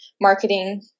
marketing